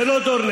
זה לא דורנר.